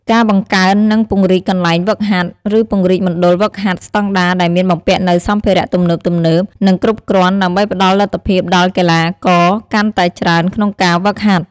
ការបង្កើន និងពង្រីកកន្លែងហ្វឹកហាត់ ឬពង្រីកមណ្ឌលហ្វឹកហាត់ស្តង់ដារដែលមានបំពាក់នូវសម្ភារៈទំនើបៗ និងគ្រប់គ្រាន់ ដើម្បីផ្តល់លទ្ធភាពដល់កីឡាករកាន់តែច្រើនក្នុងការហ្វឹកហាត់។